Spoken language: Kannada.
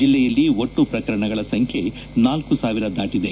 ಜಿಲ್ಲೆಯಲ್ಲಿ ಒಟ್ಟು ಪ್ರಕರಣಗಳ ಸಂಖ್ಯೆ ನಾಲ್ಕು ಸಾವಿರ ದಾಟಿದೆ